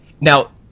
now